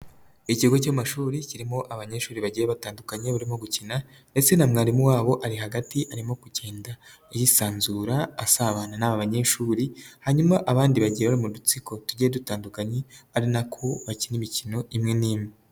Ikigo cy'amashuri kirimo abanyeshuri bagiye batandukanye barimo gukina ndetse na mwarimu wabo ari hagati arimo kugenda yisanzura asabana n'aba banyeshuri hanyuma abandi bagiye bari mu dutsiko tugiye dutandukanye ari nako bakina imikino imwe n'imwe.